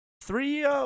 Three